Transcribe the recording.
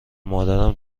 مادرم